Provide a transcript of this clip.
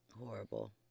Horrible